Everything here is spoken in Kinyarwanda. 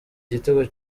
igitego